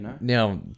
Now